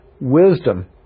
wisdom